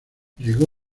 llegó